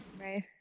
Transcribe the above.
Right